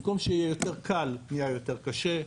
במקום שיהיה יותר קל נהיה יותר קשה.